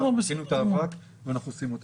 ניקינו את האבק ואנחנו עושים אותה.